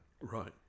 Right